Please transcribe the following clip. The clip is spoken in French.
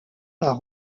par